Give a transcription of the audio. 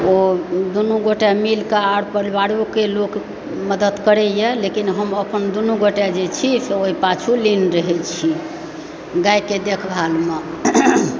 ओ दुनु गोटे मिलकऽ आर परिवारोके लोक मदद करैए लेकिन हम अपन दुनु गोटे जे छी से ओहि पाछू लीन रहै छी गैके देखभालमे